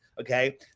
Okay